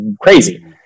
crazy